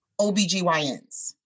OBGYNs